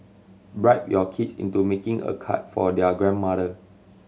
bribe your kids into making a card for their grandmother